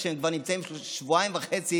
כשהם כבר נמצאים שבועיים וחצי